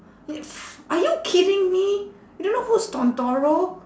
eh f~ are you kidding me you don't know who's